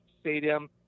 stadium